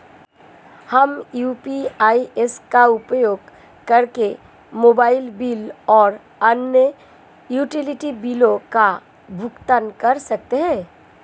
हम UPI apps का उपयोग करके मोबाइल बिल और अन्य यूटिलिटी बिलों का भुगतान कर सकते हैं